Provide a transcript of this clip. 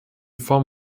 form